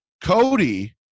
Cody